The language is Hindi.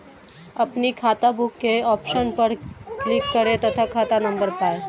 अपनी खाताबुक के ऑप्शन पर क्लिक करें तथा खाता नंबर पाएं